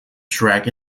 drag